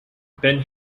ben